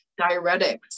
diuretics